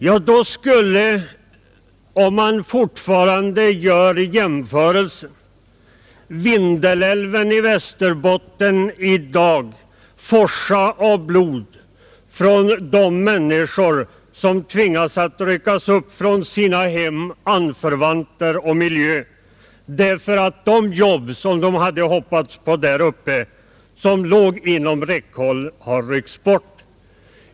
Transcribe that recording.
Ja, då skulle, om man fortfarande gör jämförelser, Vindelälven i Västerbotten i dag forsa av blod från de människor som tvingas bryta upp från sina hem, sina anförvanter och sin miljö därför att de jobb som de hade hoppats på där uppe, som låg inom räckhåll, har ryckts bort.